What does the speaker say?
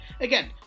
Again